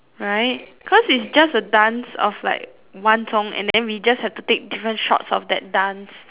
right cause it's just a dance of one song and we just have to take different shots of that dance